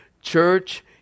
church